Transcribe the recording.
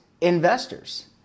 investors